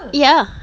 ya